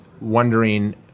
wondering